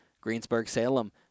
Greensburg-Salem